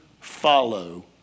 follow